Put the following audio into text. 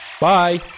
bye